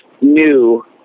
new